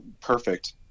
perfect